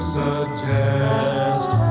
suggest